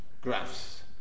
graphs